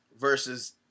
versus